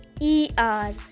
E-R